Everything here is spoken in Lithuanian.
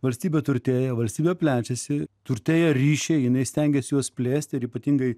valstybė turtėja valstybė plečiasi turtėja ryšiai jinai stengiasi juos plėsti ir ypatingai